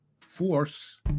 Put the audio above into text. force